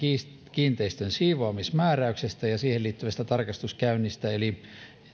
kiinteistön siivoamismääräyksestä ja siihen liittyvästä tarkastuskäynnistä eli